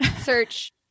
search